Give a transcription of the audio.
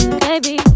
baby